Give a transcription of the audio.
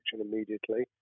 immediately